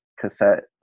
cassette